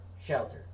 shelter